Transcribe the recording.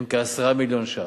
הן כ-10 מיליון ש"ח.